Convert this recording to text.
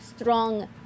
strong